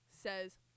says